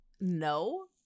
no